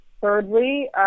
Thirdly